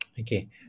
Okay